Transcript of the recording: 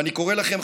ואני קורא לכם,